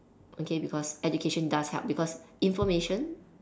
okay because education does help because information